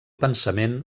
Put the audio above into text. pensament